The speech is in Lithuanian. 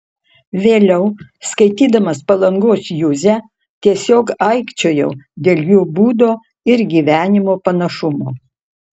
vėliau skaitydamas palangos juzę tiesiog aikčiojau dėl jų būdo ir gyvenimo panašumo